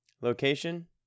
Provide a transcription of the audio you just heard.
Location